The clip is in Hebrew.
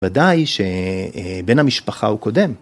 ‫ודאי שבן המשפחה הוא קודם.